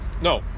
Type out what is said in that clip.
no